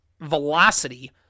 velocity –